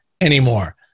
anymore